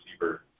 receiver